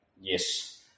yes